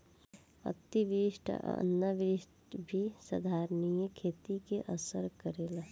अतिवृष्टि आ अनावृष्टि भी संधारनीय खेती के असर करेला